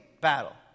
battle